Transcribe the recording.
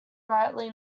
brightly